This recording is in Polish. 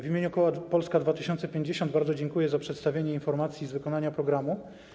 W imieniu koła Polska 2050 bardzo dziękuję za przedstawienie informacji z wykonania programu.